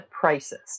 prices